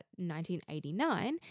1989